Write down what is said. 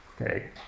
Okay